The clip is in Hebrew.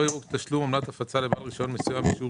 לא יראו תשלום עמלת הפצה לבעל רישיון מסוים בשיעור